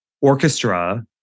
orchestra